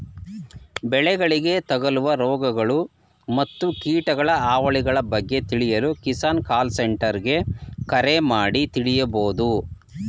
ಬೆಳೆಗಳಿಗೆ ತಗಲುವ ರೋಗಗಳು ಮತ್ತು ಕೀಟಗಳ ಹಾವಳಿಗಳ ಬಗ್ಗೆ ತಿಳಿಯಲು ಕಿಸಾನ್ ಕಾಲ್ ಸೆಂಟರ್ಗೆ ಕರೆ ಮಾಡಿ ತಿಳಿಬೋದು